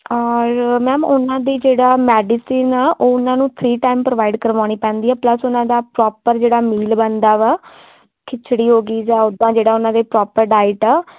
ਔਰ ਮੈਮ ਉਹਨਾਂ ਦੀ ਜਿਹੜੀ ਮੈਡੀਸੀਨ ਆ ਉਹ ਉਹਨਾਂ ਨੂੰ ਥ੍ਰੀ ਟਾਈਮ ਪ੍ਰੋਵਾਈਡ ਕਰਵਾਉਣੀ ਪੈਂਦੀ ਆ ਪਲੱਸ ਉਹਨਾਂ ਦਾ ਪ੍ਰੋਪਰ ਜਿਹੜਾ ਮੀਲ ਬਣਦਾ ਵਾ ਖਿਚੜੀ ਹੋ ਗਈ ਜਾਂ ਉਦਾਂ ਜਿਹੜਾ ਉਹਨਾਂ ਦੀ ਪ੍ਰੋਪਰ ਡਾਇਟ ਆ